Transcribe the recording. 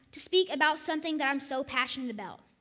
to speak about something that i'm so passionate about.